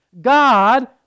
god